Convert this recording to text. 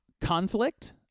conflict